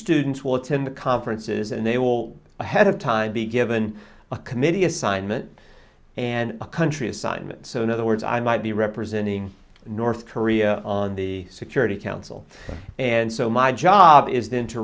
students will attend the conferences and they will ahead of time be given a committee assignment and a country assignment so in other words i might be representing north korea on the security council and so my job is